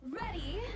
Ready